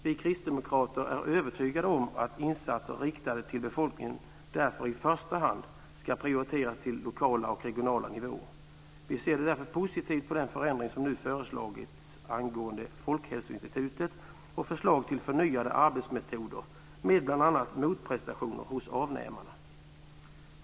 Vi kristdemokrater är övertygade om att insatser riktade till befolkningen därför i första hand ska prioriteras till lokala och regionala nivåer. Vi ser därför positivt på den förändring som nu föreslagits angående Folkhälsoinstitutet och förslag till förnyade arbetsmetoder med bl.a. motprestationer hos avnämarna.